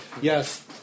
yes